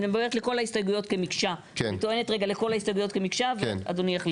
אני טוענת לכל ההסתייגויות כמקשה, ואדוני יחליט.